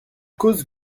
cause